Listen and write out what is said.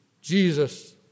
Jesus